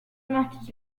matters